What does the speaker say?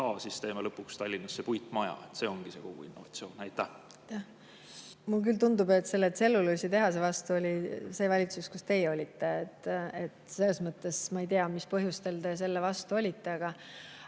siis teeme lõpuks Tallinnasse puitmaja, see ongi see kogu innovatsioon. Aitäh! Mulle küll tundub, et selle tselluloositehase vastu oli see valitsus, kus teie olite. Selles mõttes ma ei tea, mis põhjustel te selle vastu olite. Aga